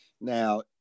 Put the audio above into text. Now